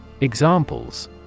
Examples